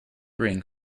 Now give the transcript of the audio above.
ring